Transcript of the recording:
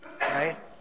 Right